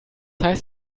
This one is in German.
heißt